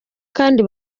kandi